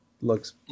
looks